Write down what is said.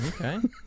okay